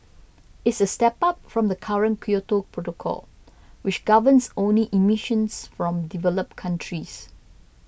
it is a step up from the current Kyoto Protocol which governs only emissions from developed countries